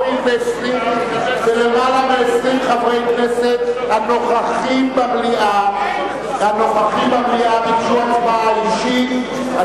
הואיל ולמעלה מ-20 חברי כנסת הנוכחים במליאה ביקשו הצבעה אישית,